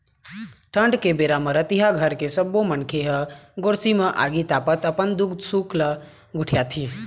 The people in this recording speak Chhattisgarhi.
ठंड के बेरा म रतिहा घर के सब्बो मनखे ह गोरसी म आगी तापत अपन दुख सुख ल गोठियाथे